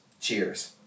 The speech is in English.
Cheers